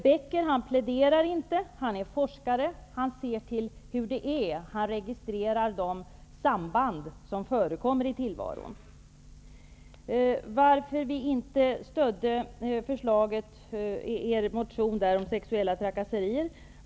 Becker pläderar inte, han är forskare, han ser till hur det är, han registrerar de samband som förekommer i tillvaron. Hans Andersson frågar varför vi inte stödde er motion om sexuella trakasserier.